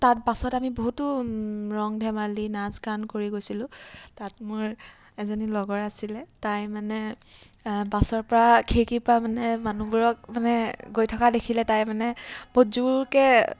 তাত বাছত আমি বহুতো ৰং ধেমালি নাচ গান কৰি গৈছিলোঁ তাত মোৰ এজনী লগৰ আছিলে তাই মানে বাছৰ পৰা খিৰিকিৰ পৰা মানে মানুহবোৰক মানে গৈ থকা দেখিলে তাই মানে বহুত জোৰকৈ